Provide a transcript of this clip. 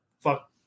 fuck